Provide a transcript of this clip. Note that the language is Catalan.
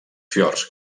fiords